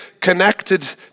connected